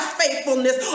faithfulness